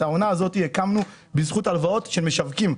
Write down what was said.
את העונה הזאת הקמנו בזכות הלוואות של משווקים.